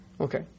Okay